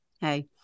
hey